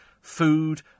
food